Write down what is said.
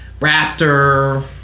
raptor